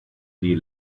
die